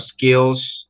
skills